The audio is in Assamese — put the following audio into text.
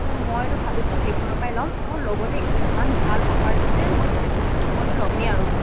তো মইতো ভাবিছোঁ সেইখনৰ পৰাই ল'ম আৰু লগতে ইমান ভাল অফাৰত দিছে মই মইতো ল'মেই আৰু